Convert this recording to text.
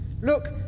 Look